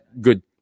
good